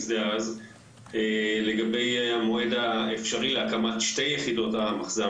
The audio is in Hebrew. דאז לגבי המועד האפשרי להקמת שתי יחידות המחז"מ,